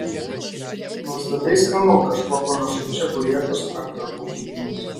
nuostabiai skanu kažkuo panašu į čeburekus ar trakų kibinus